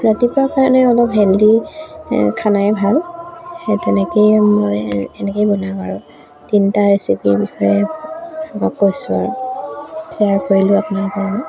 ৰাতিপুৱা কাৰণে অলপ হেলডি খানাই ভাল সেই তেনেকেই মই এনেকেই বনাওঁ আৰু তিনিটা ৰেচিপিৰ বিষয়ে মই কৈছোঁ আৰু শ্বেয়াৰ কৰিলোঁ আপোনালোকৰ লগত